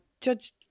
Judge